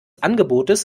angebotes